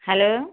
hello